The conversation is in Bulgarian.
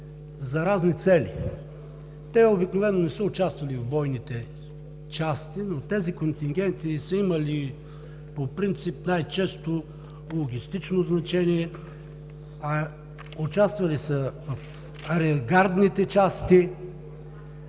за разни цели. Обикновено те не са участвали в бойните части, но тези контингенти са имали по принцип най-често логистично значение, участвали са в реавангардните части,